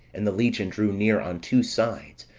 and the legion drew near on two sides,